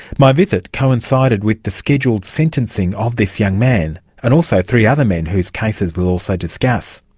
my visit coincided with the scheduled sentencing of this young man, and also three other men whose cases we'll also discuss.